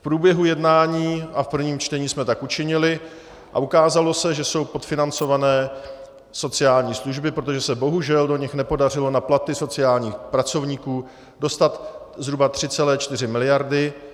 V průběhu jednání a v prvním čtení jsme tak učinili a ukázalo se, že jsou podfinancované sociální služby, protože se do nich bohužel nepodařilo na platy sociálních pracovníků dostat zhruba 3,4 miliardy.